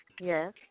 yes